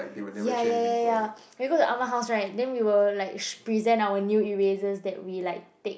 ya ya ya ya ya when we go to Ah-Ma house right then we will like present our new eraser that we like take